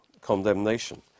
condemnation